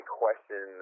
question